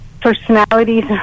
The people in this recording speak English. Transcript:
personalities